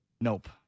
Nope